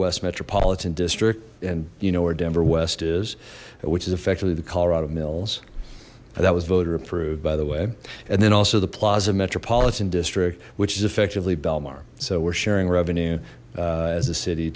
west metropolitan district and you know where denver west is which is effectively the colorado mills that was voter approved by the way and then also the plaza metropolitan district which is effectively belmar so we're sharing revenue as the city